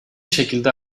şekilde